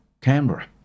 Canberra